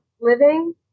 living